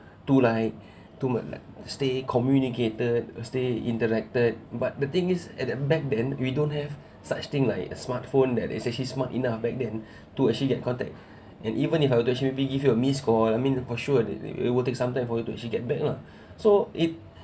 to like to like stay communicated uh stay interacted but the thing is at the back then we don't have such thing like a smartphone that is actually smart enough back then to actually get contact and even if I were to actually be give you a missed call I mean for sure that it will take some time for you to actually get back lah so it